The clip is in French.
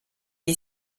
est